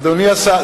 אדוני שר החקלאות,